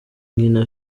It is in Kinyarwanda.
nkina